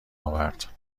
آورد